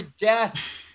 death